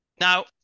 Now